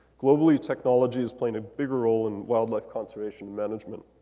globally, technology is playing a bigger role in wildlife conservation management.